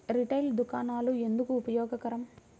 Retail దుకాణాలు ఎందుకు ఉపయోగకరం?